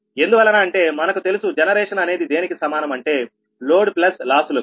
ఎందువలన అంటే మనకు తెలుసు జనరేషన్ అనేది దేనికి సమానం అంటే లోడ్ ప్లస్ లాసులు కు